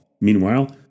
Meanwhile